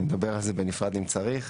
נדבר על זה בנפרד אם צריך,